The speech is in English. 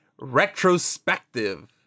retrospective